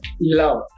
love